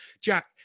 Jack